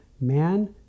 man